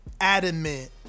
adamant